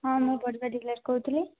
ହଁ ମୁଁ ପରିବା ଡ଼ିଲର୍ କହୁଥିଲି